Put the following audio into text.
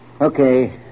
Okay